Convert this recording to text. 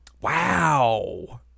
Wow